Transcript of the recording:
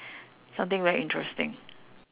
something very interesting